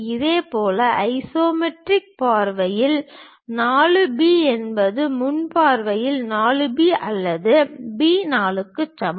இதேபோல் ஐசோமெட்ரிக் பார்வையில் 4 B என்பது முன் பார்வையில் 4 B அல்லது B 4 க்கு சமம்